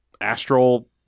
astral